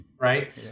right